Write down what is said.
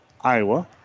Iowa